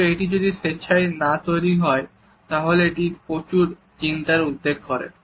কিন্তু এটি যদি স্বেচ্ছায় না তৈরি হয় তাহলে এটি প্রচুর চিন্তার উদ্রেক করে